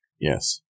Yes